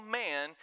man